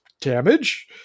damage